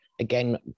again